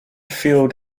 field